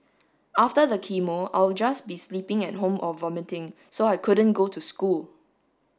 after the chemo I'll just be sleeping at home or vomiting so I couldn't go to school